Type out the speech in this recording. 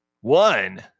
one